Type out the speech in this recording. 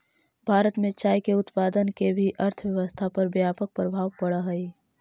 भारत में चाय के उत्पादन के भी अर्थव्यवस्था पर व्यापक प्रभाव पड़ऽ हइ